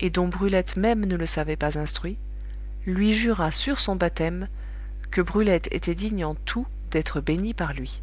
et dont brulette même ne le savait pas instruit lui jura sur son baptême que brulette était digne en tout d'être bénie par lui